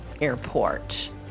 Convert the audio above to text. Airport